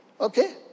Okay